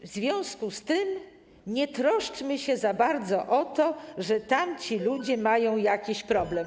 w związku z tym nie troszczmy się za bardzo o to, że tamci ludzie mają jakiś problem.